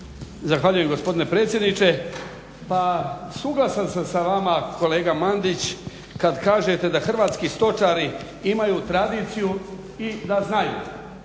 Zahvaljujem gospodine predsjedniče. Pa, suglasan sa vama kolega Mandić kad kažete da hrvatski stočari imaju tradiciju i da znaju.